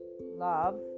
love